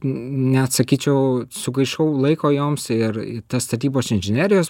neatsakyčiau sugaišau laiko joms ir į tas statybos inžinerijos